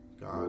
God